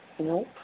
Nope